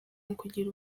ukugira